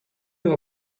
you